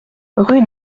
rue